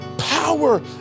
power